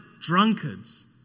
drunkards